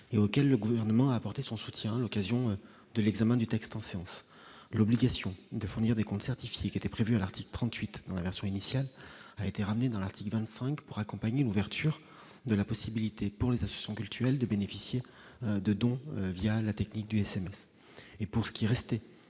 et auquel le gouvernement a apporté son soutien à l'occasion de l'examen du texte en séance, l'obligation de fournir des comptes certifiés, qui était prévu à l'article 38 dans la version initiale a été ramené dans l'article 25 pour accompagner l'ouverture de la possibilité pour les affiches sont culturel de bénéficier de dons via la technique du SMS et pour ce qui restait